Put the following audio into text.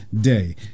day